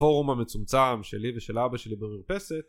הפורום המצומצם שלי ושל אבא שלי במרפסת